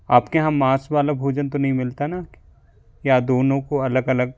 आपके यहाँ मांस वाला भोजन तो नहीं मिलता ना या दोनों को अलग अलग